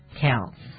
counts